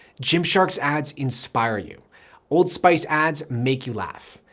gym shark's ads inspire you old spice ads make you laugh.